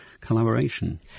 collaboration